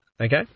okay